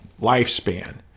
lifespan